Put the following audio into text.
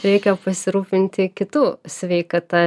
reikia pasirūpinti kitų sveikata